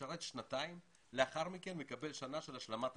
משרת שנתיים ולאחר מכן מקבל שנה של השלמה השכלה.